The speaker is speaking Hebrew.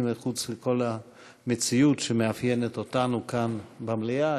ומחוץ לכל המציאות שמאפיינת אותנו כאן במליאה,